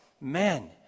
Men